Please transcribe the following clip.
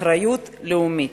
אחריות לאומית.